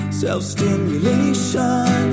self-stimulation